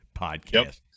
podcast